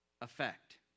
effect